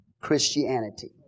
Christianity